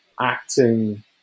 acting